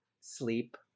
sleep